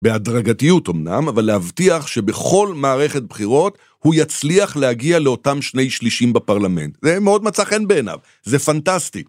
בהדרגתיות אמנם, אבל להבטיח שבכל מערכת בחירות הוא יצליח להגיע לאותם שני שלישים בפרלמנט. זה מאוד מצא חן בעיניו, זה פנטסטי.